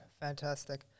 fantastic